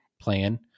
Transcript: plan